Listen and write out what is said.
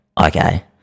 Okay